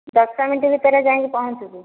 ଦଶ ମିନିଟ୍ ଭିତରେ ଯାଇକି ପହଞ୍ଚୁଛୁ